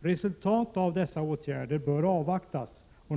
Resultat av dessa åtgärder bör avvaktas.